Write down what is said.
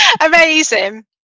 amazing